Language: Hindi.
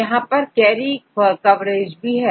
यहां पर क्वेरी कवरेज भी है